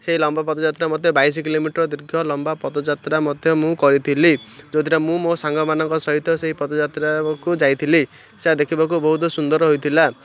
ସେଇ ଲମ୍ବା ପଦଯାତ୍ରା ମଧ୍ୟ ବାଇଶ କିଲୋମିଟର ଦୀର୍ଘ ଲମ୍ବା ପଦଯାତ୍ରା ମଧ୍ୟ ମୁଁ କରିଥିଲି ଯେଉଁଥିରେ ମୁଁ ମୋ ସାଙ୍ଗମାନଙ୍କ ସହିତ ସେଇ ପଦଯାତ୍ରାକୁ ଯାଇଥିଲି ସେ ଦେଖିବାକୁ ବହୁତ ସୁନ୍ଦର ହୋଇଥିଲା